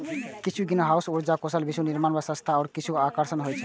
किछु ग्रीनहाउस उर्जा कुशल, किछु निर्माण मे सस्ता आ किछु आकर्षक होइ छै